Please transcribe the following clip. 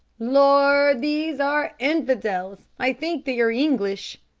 lord, these are infidels i think they are english.